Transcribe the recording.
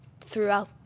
throughout